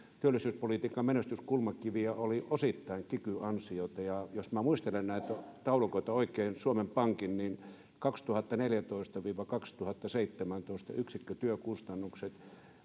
työllisyyspolitiikan menestyskulmakivistä oli osittain kikyn ansiota ja jos minä muistelen näitä suomen pankin taulukoita oikein niin kaksituhattaneljätoista viiva kaksituhattaseitsemäntoista yksikkötyökustannukset